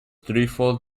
threefold